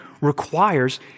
requires